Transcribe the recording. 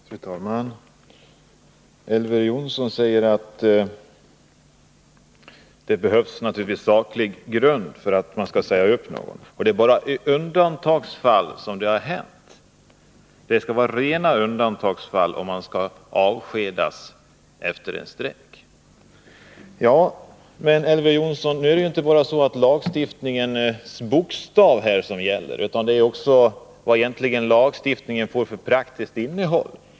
Fru talman! Elver Jonsson sade att det behövs saklig grund för att säga upp någon och att det bara hänt i undantagsfall. Det är endast i rena undantagsfall som det kan bli fråga om avskedande efter strejk, menar han. Men, Elver Jonsson, det är ju inte bara lagstiftningens bokstav som gäller utan också lagstiftningens innehåll.